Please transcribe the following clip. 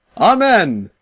amen.